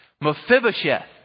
Mephibosheth